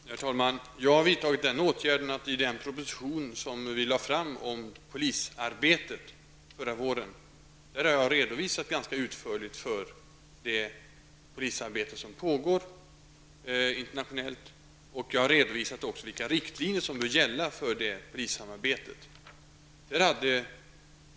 Herr talman! I den proposition som förra våren framlades om polisarbetet redogjorde jag ganska utförligt för det polisarbete som pågår internationellt. Vidare har jag redovisat vilka riktlinjer som bör gälla för polissamarbetet.